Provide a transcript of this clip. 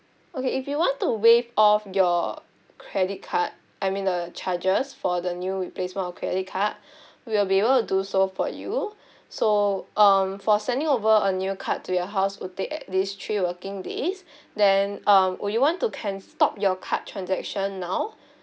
okay if you want to waive off your credit card I mean the charges for the new replacement or credit card we'll be able to do so for you so um for sending over a new card to your house would take at least three working days then um would you want to cancel stop your card transaction now